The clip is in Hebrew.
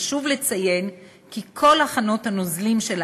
חשוב לציין כי כל הכנות הנוזלים של